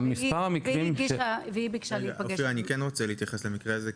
היא ביקשה להיפגש --- אני כן רוצה להתייחס למקרה הזה.